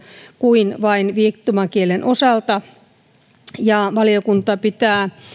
kuin vain viittomakielen osalta valiokunta pitää